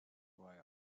why